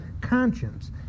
conscience